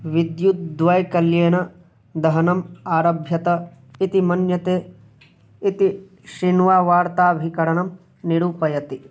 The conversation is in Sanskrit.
विद्युद्वैकल्येन दहनम् आरभ्यत इति मन्यते इति शीन्वा वार्ताभिकरणं निरूपयति